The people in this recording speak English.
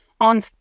on